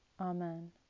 Amen